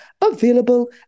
available